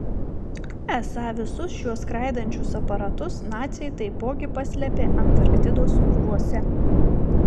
esą visus šiuos skraidančius aparatus naciai taipogi paslėpė antarktidos urvuose